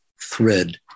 thread